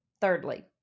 Thirdly